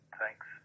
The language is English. thanks